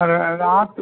అదే లాస్టు